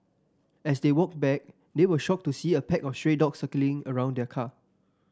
as they walked back they were shocked to see a pack of stray dogs circling around the car